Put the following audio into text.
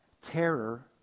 terror